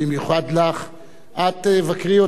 את תבקרי אותנו כי את חסרה לנו,